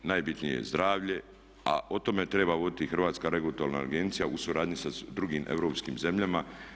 Najbitnije je zdravlje a o tome treba voditi i Hrvatska regulatorna agencija u suradnji sa drugim europskim zemljama.